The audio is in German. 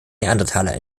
neandertaler